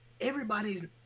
everybody's